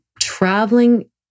traveling